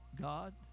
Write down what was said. God